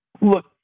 look